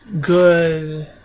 Good